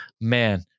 Man